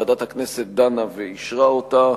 ועדת הכנסת דנה ואישרה אותה,